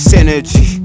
Synergy